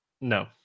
No